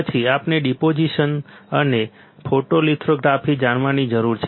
પછી આપણે ડિપોઝિશન અને ફોટોલિથોગ્રાફી જાણવાની જરૂર છે